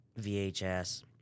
VHS